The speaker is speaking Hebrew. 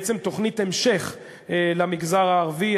בעצם תוכנית המשך למגזר הערבי.